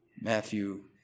Matthew